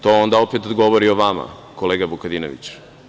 To onda opet govori o vama, kolega Vukadinoviću.